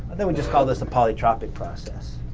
then we just call this the polytropic process.